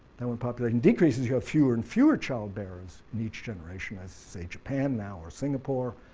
and when population decreases you have fewer and fewer child bearers in each generation, as say japan now or singapore,